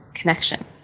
connection